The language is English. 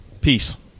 Peace